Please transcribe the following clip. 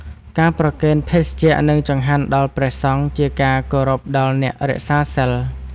ការប្រគេនភេសជ្ជៈ និងចង្ហាន់ដល់ព្រះសង្ឃ ជាការគោរពដល់អ្នករក្សាសីល។